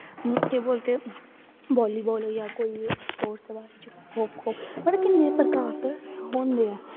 केह् बोलदे बॉल्लीबॉल होई गेआ स्पोर्टस च खो खो मतलब किन्ने गै प्रकार दे होंदे ऐ